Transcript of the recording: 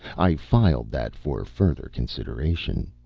i filed that for further consideration.